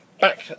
back